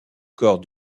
corps